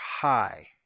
high